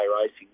racing